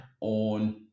on